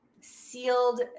sealed